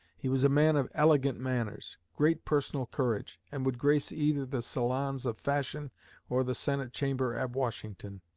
he was a man of elegant manners, great personal courage, and would grace either the salons of fashion or the senate chamber at washington.